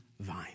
vine